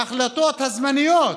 בהחלטות הזמניות,